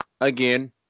again